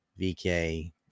VK